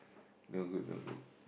no good no good